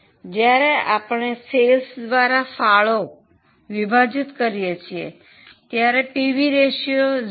જ્યારે આપણે વેચાણ દ્વારા ફાળો વિભાજિત કરીયે છીએ ત્યારે પીવી રેશિયો 0